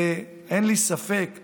אין לי ספק שאתה,